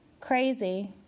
Crazy